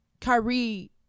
Kyrie